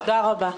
תודה רבה.